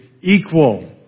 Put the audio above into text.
equal